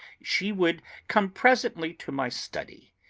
she would come presently to my study,